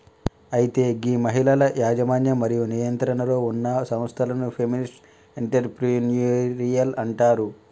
అయితే గీ మహిళల యజమన్యం మరియు నియంత్రణలో ఉన్న సంస్థలను ఫెమినిస్ట్ ఎంటర్ప్రెన్యూరిల్ అంటారు